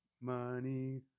money